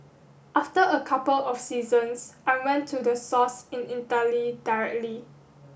after a couple of seasons I went to the source in Italy directly